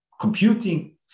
computing